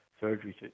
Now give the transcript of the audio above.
surgery